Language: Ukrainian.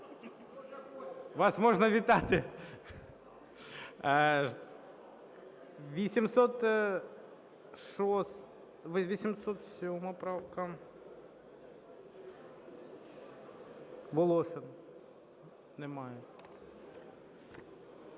Вас можна вітати?